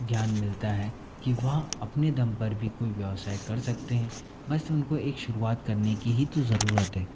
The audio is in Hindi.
ज्ञान मिलता है कि वह अपने दम पर भी कोई व्यवसाय कर सकते हैं बस उनको एक शुरुआत करने की ही तो ज़रूरत है